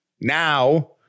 Now